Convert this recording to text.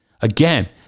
Again